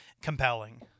compelling